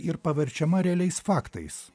ir paverčiama realiais faktais